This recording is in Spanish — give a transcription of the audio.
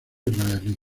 israelí